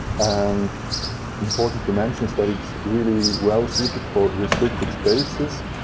and important to mention is that it's really well suited for restricted spaces.